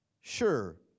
Sure